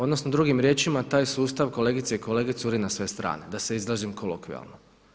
Odnosno drugim riječima taj sustav kolegice i kolege curi na sve strane, da se izrazim kolokvijalno.